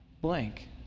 blank